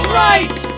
right